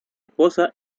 esposa